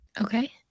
Okay